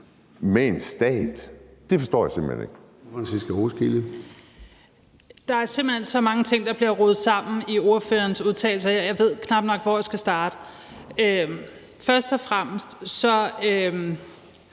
21:30 Franciska Rosenkilde (ALT): Der er simpelt hen så mange ting, der bliver rodet sammen i spørgerens udtalelser. Jeg ved knap nok, hvor jeg skal starte. Først og fremmest er